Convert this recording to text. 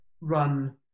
run